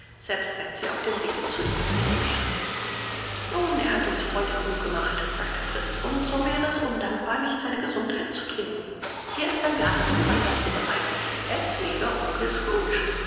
selbst wenn sie auf dem wege zu ihm gewesen wären nun er hat uns freude genug gemacht sagte fritz und so wäre es undankbar nicht seine gesundheit zu trinken hier ist ein glas glühwein dazu bereit es lebe onkel